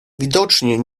widocznie